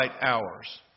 hours